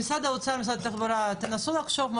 משרד האוצר ומשרד התחבורה: תנסו לחשוב על